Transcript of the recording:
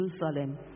Jerusalem